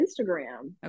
instagram